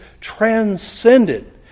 transcended